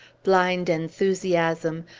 blind enthusiasm,